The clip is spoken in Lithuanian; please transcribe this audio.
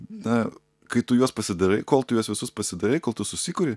na kai tu juos pasidarai kol tu juos visus pasidarai kol tu susikuri